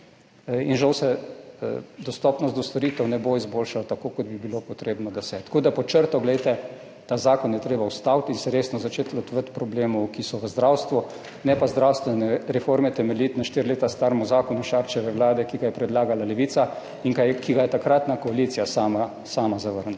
in žal se dostopnost storitev ne bo izboljšala tako, kot bi bilo potrebno, da se. Tako da pod črto, glejte, ta zakon je treba ustaviti in se resno začeti lotevati problemov, ki so v zdravstvu, ne pa zdravstvene reforme temeljiti na štiri leta starem zakonu Šarčeve vlade, ki ga je predlagala Levica in ki ga je takratna koalicija sama zavrnila.